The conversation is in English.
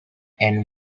and